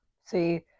See